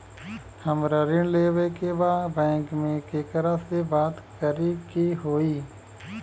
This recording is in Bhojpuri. हमरा ऋण लेवे के बा बैंक में केकरा से बात करे के होई?